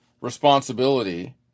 responsibility